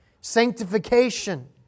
sanctification